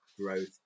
growth